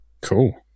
Cool